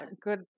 good